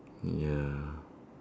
hmm ya